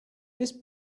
this